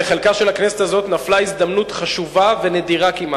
בחלקה של הכנסת הזאת נפלה הזדמנות חשובה וכמעט